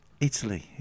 Italy